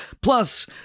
plus